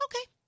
Okay